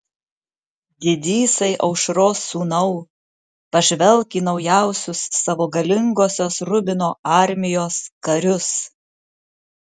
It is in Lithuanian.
didysai aušros sūnau pažvelk į naujausius savo galingosios rubino armijos karius